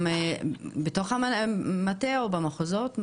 גם בתוך המטה או במחוזות?